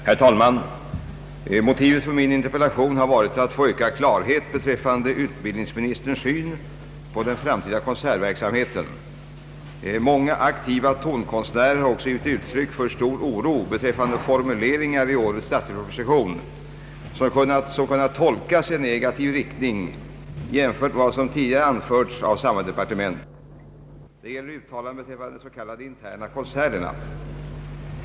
Herr talman! Motivet för min interpellation har varit att få ökad klarhet beträffande utbildningsministerns syn på den framtida konsertverksamheten. Många aktiva tonkonstnärer har också givit uttryck för stor oro över formuleringar i årets statsverksproposition som kunnat tolkas i negativ riktning jämfört med vad som tidigare anförts av samma departement. Det gäller uttalandena beträffande de s.k. interna konserterna.